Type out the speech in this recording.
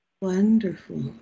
Wonderful